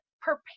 prepare